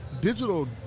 digital